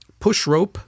pushrope